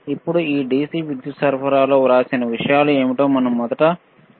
ఇప్పుడు ఈ DC విద్యుత్ సరఫరాలో వ్రాసిన విషయాలు ఏమిటో మనం మొదట చూడాలి